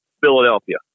Philadelphia